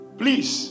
please